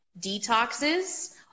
detoxes